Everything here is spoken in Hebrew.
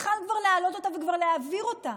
יכול היה כבר להעלות אותה ולהעביר אותה,